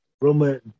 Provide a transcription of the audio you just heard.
Roma